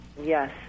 Yes